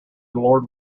lord